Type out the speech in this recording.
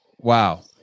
Wow